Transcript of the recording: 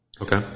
Okay